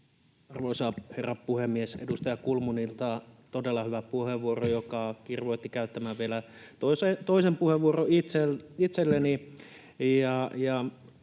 Arvoisa herra puhemies! Edustaja Kulmunilta todella hyvä puheenvuoro, joka kirvoitti itseni käyttämään vielä toisen puheenvuoron.